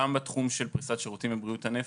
גם בתחום של פריסת שירותים לבריאות הנפש,